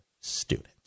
students